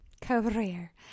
career